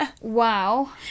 Wow